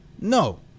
No